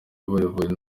bayobowe